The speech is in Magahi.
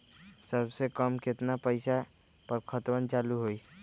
सबसे कम केतना पईसा पर खतवन चालु होई?